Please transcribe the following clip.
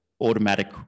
automatic